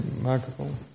microphone